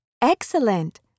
Excellent